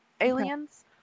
Aliens